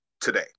today